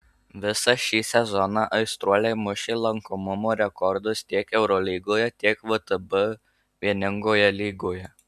visą šį sezoną aistruoliai mušė lankomumo rekordus tiek eurolygoje tiek vtb vieningoje lygoje